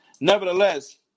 Nevertheless